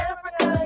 Africa